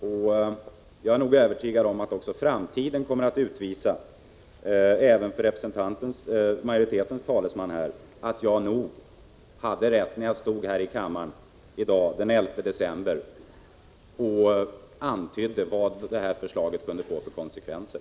Och jag är övertygad om att också framtiden kommer att utvisa — även för utskottsmajoritetens talesman —-att jag nog hade rätt när jag stod här i kammaren i dag den 11 december och antydde vad det här förslaget kunde få för konsekvenser.